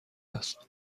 است